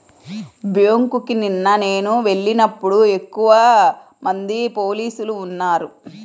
బ్యేంకుకి నిన్న నేను వెళ్ళినప్పుడు ఎక్కువమంది పోలీసులు ఉన్నారు